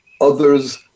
Others